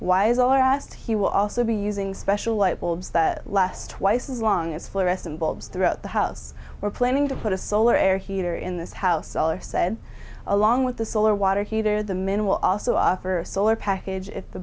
i asked he will also be using special light bulbs that last twice as long as fluorescent bulbs throughout the house we're planning to put a solar air heater in this house seller said along with the solar water heater the men will also offer a solar package if the